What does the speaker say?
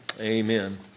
Amen